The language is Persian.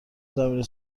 زمینی